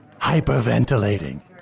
Hyperventilating